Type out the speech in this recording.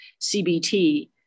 CBT